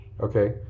Okay